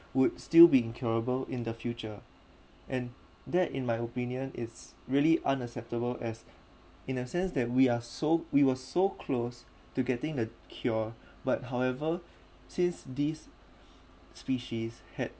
would still be incurable in the future and that in my opinion is really unacceptable as in a sense that we are so we were so close to getting the cure but however since these species had